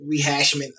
rehashment